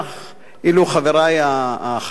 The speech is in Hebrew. אילו חברי החרדים היו כאן.